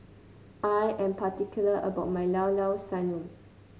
I am particular about my Llao Llao Sanum